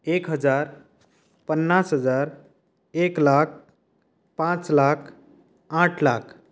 एक हजार पन्नास हजार एक लाख पांच लाख आठ लाख